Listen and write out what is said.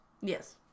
Yes